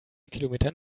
kilometern